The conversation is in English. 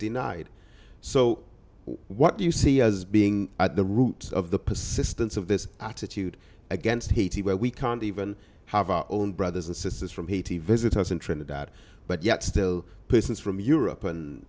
denied so what do you see as being at the root of the persistence of this attitude against haiti where we can't even have our own brothers and sisters from haiti visit us in trinidad but yet still persons from europe and